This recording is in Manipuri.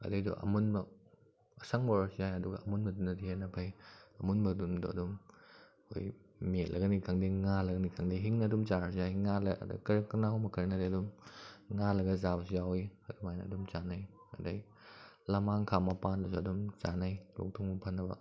ꯑꯗꯨꯏꯗꯨ ꯑꯃꯨꯟꯕ ꯑꯁꯪꯕ ꯑꯣꯏꯔꯁꯨ ꯌꯥꯏ ꯑꯗꯨꯒ ꯑꯃꯨꯟꯕꯗꯨꯅꯗꯤ ꯍꯦꯟꯅ ꯐꯩ ꯑꯃꯨꯟꯕꯗꯨꯝꯗꯣ ꯑꯗꯨꯝ ꯑꯩꯈꯣꯏ ꯃꯦꯠꯂꯒꯅꯤ ꯈꯪꯗꯦ ꯉꯥꯜꯂꯒꯅꯤ ꯈꯪꯗꯦ ꯍꯤꯡꯅ ꯑꯗꯨꯝ ꯆꯥꯔꯁꯨ ꯌꯥꯏ ꯉꯥꯜꯂꯒ ꯀꯅꯥꯒꯨꯝꯕ ꯈꯔꯅꯗꯤ ꯑꯗꯨꯝ ꯉꯥꯜꯂꯒ ꯆꯥꯕꯁꯨ ꯌꯥꯎꯏ ꯑꯗꯨꯝꯍꯥꯏꯅ ꯑꯗꯨꯝ ꯆꯥꯅꯩ ꯑꯗꯒꯤ ꯂꯃꯥꯡꯈꯥ ꯃꯄꯥꯟꯗꯨꯁꯨ ꯑꯗꯨꯝ ꯆꯥꯅꯩ ꯂꯣꯛ ꯊꯨꯡꯕ ꯐꯅꯕ